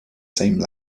same